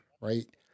right